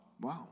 Wow